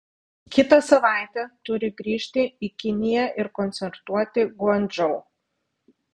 kitą savaitę turi grįžti į kiniją ir koncertuoti guangdžou